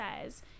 says